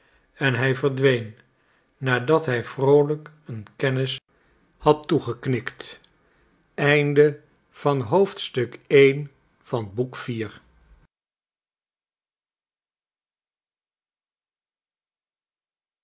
en hij verdween nadat hij vroolijk een kennis had toegeknikt